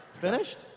Finished